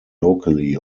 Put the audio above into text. locally